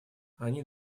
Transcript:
они